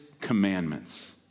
commandments